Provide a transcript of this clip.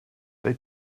they